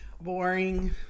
Boring